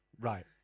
right